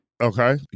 Okay